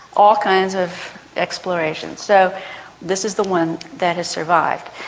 all kinds of exploration. so this is the one that has survived.